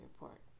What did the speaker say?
report